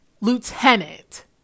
lieutenant